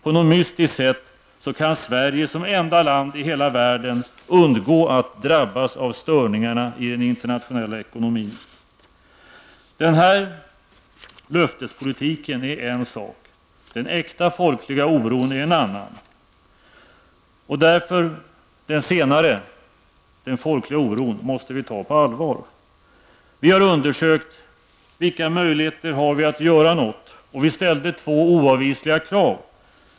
På något mystiskt sätt kan Sverige som enda land i hela världen undgå att drabbas av störningarna i den internationella ekonomin. Den här löftespolitiken är en sak, den äkta folkliga oron är en annan. Den folkliga oron måste vi ta på allvar. Vi socialdemokrater har undersökt vilka möjligheter vi har att göra något. Vi ställde två oavvisliga krav.